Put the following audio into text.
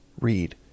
read